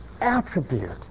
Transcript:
attribute